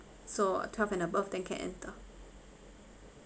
so twelve and above then can enter